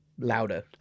louder